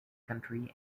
county